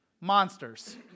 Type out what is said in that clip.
Monsters